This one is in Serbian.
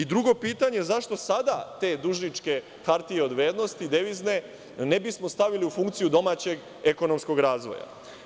Drugo pitanje – zašto sada te dužničke hartije od vrednosti devizne ne bismo stavili u funkciju domaćeg ekonomskog razvoja?